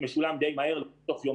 לפטור,